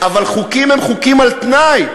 אבל חוקים הם חוקים על-תנאי.